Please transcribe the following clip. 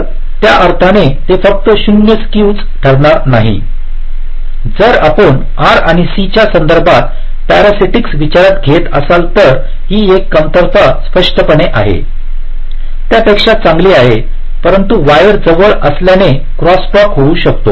तर त्या अर्थाने ते फक्त 0 स्क्यूच ठरणार नाही जर आपण R आणि C च्या संदर्भात पॅरासिटिकस विचारात घेत असाल तर ही एक कमतरता स्पष्टपणे आहे त्यापेक्षा चांगली आहे परंतु वायर जवळ असल्याने क्रॉस टॉक होऊ शकते